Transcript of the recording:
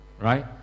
right